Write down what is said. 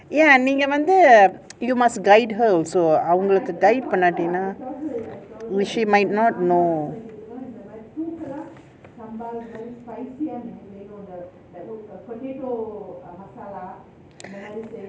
ya நீக வந்து:neenga vanthu you must guide her also அவங்களுக்கு:avangaluku guide பன்னாட்டினா:pannatina she might not know